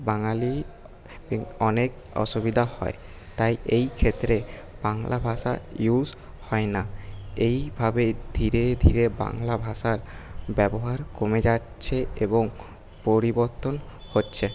বাঙালি অনেক অসুবিধা হয় তাই এই ক্ষেত্রে বাংলা ভাষা ইউজ হয় না এই ভাবে ধীরে ধীরে বাংলা ভাষার ব্যবহার কমে যাচ্ছে এবং পরিবর্তন হচ্ছে